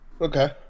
Okay